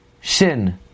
shin